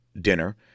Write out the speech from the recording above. dinner